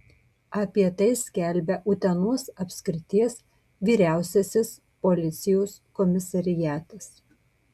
apie tai skelbia utenos apskrities vyriausiasis policijos komisariatas